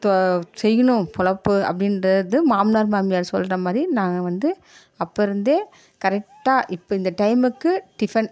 செய்யணும் பொழைப்பு அப்படின்றது மாமனார் மாமியார் சொல்கிற மாதிரி நாங்கள் வந்து அப்போருந்தே கரெக்ட்டாக இப்போ இந்த டயமுக்கு டிஃபன்